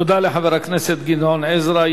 תודה לחבר הכנסת גדעון עזרא.